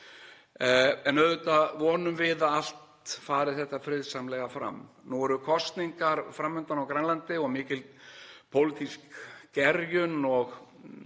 En auðvitað vonum við að allt fari þetta friðsamlega fram. Nú eru kosningar fram undan á Grænlandi og mikil pólitísk gerjun og